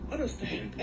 Understand